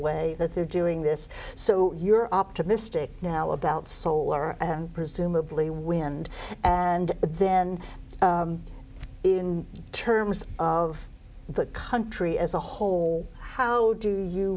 way that they're doing this so you're optimistic now about solar and presumably wind and then in terms of that country as a whole how do you